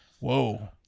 whoa